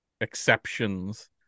exceptions